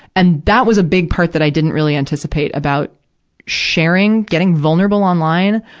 and that was a big part that i didn't really anticipate about sharing, getting vulnerable online,